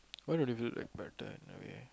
why don't you feel a bit better anyway